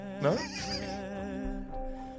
No